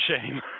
shame